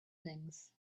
things